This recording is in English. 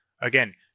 again